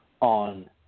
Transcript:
on